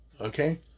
Okay